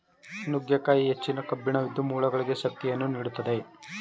ನುಗ್ಗೆಕಾಯಿ ಹೆಚ್ಚಿನ ಕಬ್ಬಿಣವಿದ್ದು, ಮೂಳೆಗಳಿಗೆ ಶಕ್ತಿಯನ್ನು ನೀಡುತ್ತದೆ